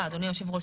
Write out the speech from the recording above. אדוני היושב ראש,